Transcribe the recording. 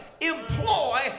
employ